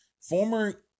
former